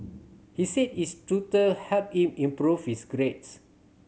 he said his tutor helped him improve his grades